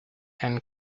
and